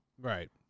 right